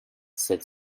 said